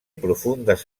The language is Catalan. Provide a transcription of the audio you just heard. profundes